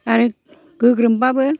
आरो गोग्रोमबाबो